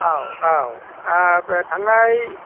औ औ थांनाय